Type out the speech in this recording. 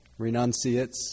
renunciates